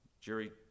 Jerry